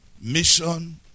mission